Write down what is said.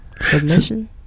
Submission